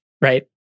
right